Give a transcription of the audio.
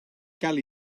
gael